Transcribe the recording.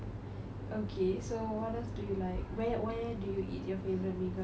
okay so what else do you like where where do you eat your favourite mee goreng